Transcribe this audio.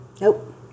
Nope